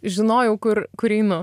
žinojau kur kur einu